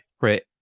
Right